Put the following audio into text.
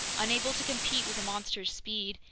unable to compete with the monster's speed,